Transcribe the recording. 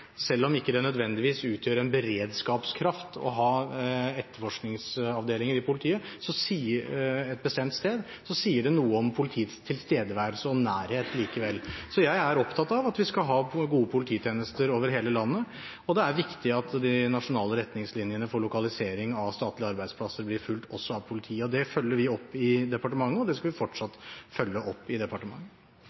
selv om det ikke nødvendigvis utgjør en beredskapskraft å ha etterforskningsavdelinger i politiet et bestemt sted, sier det noe om politiets tilstedeværelse og nærhet. Jeg er opptatt av at vi skal ha gode polititjenester over hele landet, og det er viktig at de nasjonale retningslinjene for lokalisering av statlige arbeidsplasser blir fulgt også av politiet. Det følger vi opp, og det skal vi fortsatt følge opp i departementet.